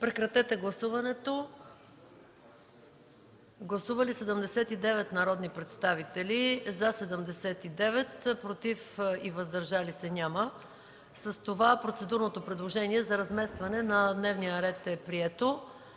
ч. Моля, гласувайте. Гласували 79 народни представители: за 79, против и въздържали се няма. С това процедурното предложение за разместване на точки в дневния ред е прието.